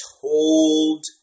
told